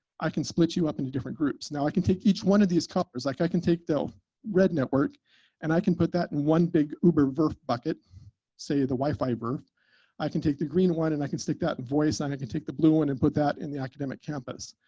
i can split you up into different groups. now i can take each one of these colors, like i can take the red network and i can put that in one big uber vrf bucket say, the wi-fi vrf i can take the green one and i can stick that in voice and i can take the blue one and put that in the academic campus.